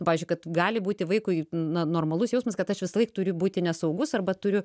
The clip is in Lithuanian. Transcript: pavyzdžiui kad gali būti vaikui na normalus jausmas kad aš visąlaik turiu būti nesaugus arba turiu